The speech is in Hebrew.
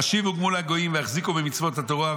"השיבו גמול לגויים והחזיקו במצוות התורה.